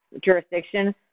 jurisdiction